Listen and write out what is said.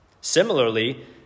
Similarly